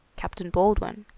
captain baldwin.